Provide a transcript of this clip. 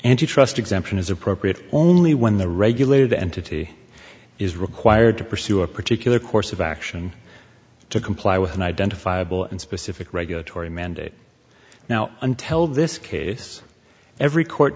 antitrust exemption is appropriate only when the regulated entity is required to pursue a particular course of action to comply with an identifiable and specific regulatory mandate now untel this case every court